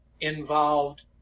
involved